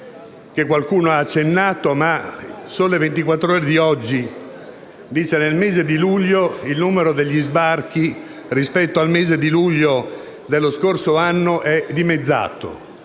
che qualcuno ha accennato. «Il Sole 24 Ore» di oggi dice che nel mese di luglio il numero degli sbarchi rispetto al mese di luglio dello scorso anno è dimezzato;